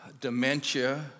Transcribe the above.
dementia